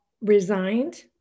resigned